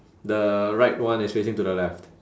the right one is facing to the left